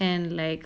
and like